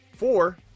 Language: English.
Four